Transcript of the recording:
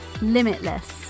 limitless